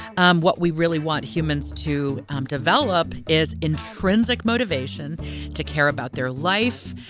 um what we really want humans to develop is intrinsic motivation to care about their life,